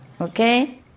okay